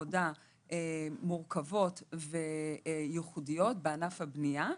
עבודה מורכבות וייחודיות בענף הבנייה.